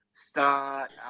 Start